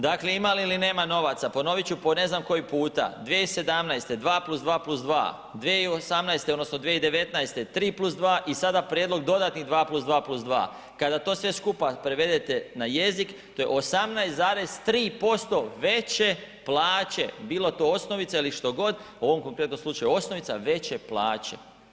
Dakle ima li ili nema novaca, ponoviti ću po ne znam koji puta 2017. 2+2+2, 2018. odnosno 2019. 3+2 i sada prijedlog dodatnih 2+2+2. Kada to sve skupa prevedete na jezik to je 18,3% veće plaće bilo to osnovica ili što god, u ovom konkretnom slučaju osnovica veće plaće.